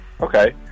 Okay